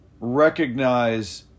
recognize